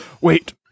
Wait